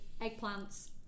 eggplants